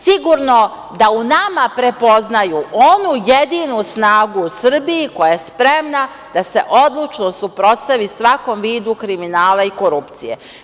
Sigurno da u nama prepoznaju onu jedinu snagu u Srbiji koja je spremna da se odlučno suprotstavi svakom vidu kriminala i korupcije.